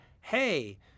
hey